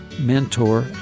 mentor